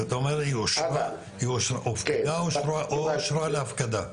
אתה אומר הופקדה או אושרה להפקדה?